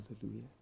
Hallelujah